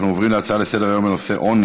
נעבור להצעה לסדר-היום מס' 9740,